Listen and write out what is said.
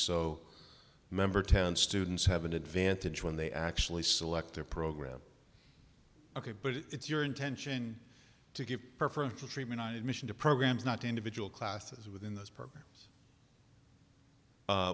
so member ten students have an advantage when they actually select their program ok but it's your intention to give preferential treatment i admission to programs not individual classes within this program